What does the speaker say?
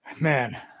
man